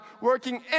working